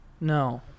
No